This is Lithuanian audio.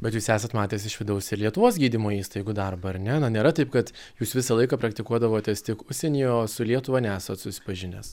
bet jūs esat matęs iš vidaus lietuvos gydymo įstaigų darbą ar ne na nėra taip kad jūs visą laiką praktikuodavotės tik užsienyje o su lietuva nesat susipažinęs